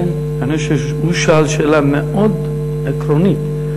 הוא שאל שאלה מאוד עקרונית.